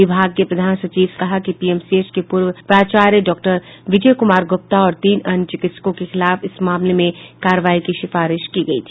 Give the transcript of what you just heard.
विभाग के प्रधान सचिव ने कहा कि पीएमसीएच के पूर्व प्राचार्य डॉक्टर विजय कुमार गुप्ता और तीन अन्य चिकित्सकों के खिलाफ इस मामले में कार्रवाई की सिफारिश की गयी है